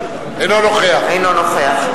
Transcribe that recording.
אינו נוכח.